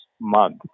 month